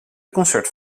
concert